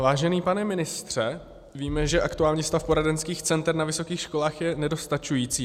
Vážený pane ministře, víme, že aktuální stav poradenských center na vysokých školách je nedostačující.